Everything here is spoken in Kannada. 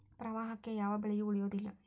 ಪ್ರವಾಹಕ್ಕೆ ಯಾವ ಬೆಳೆಯು ಉಳಿಯುವುದಿಲ್ಲಾ